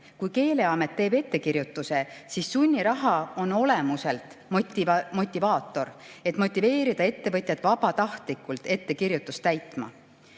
Kui Keeleamet teeb ettekirjutuse, siis sunniraha on olemuselt motivaator, et motiveerida ettevõtjaid vabatahtlikult ettekirjutust täitma.